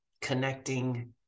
connecting